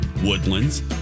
woodlands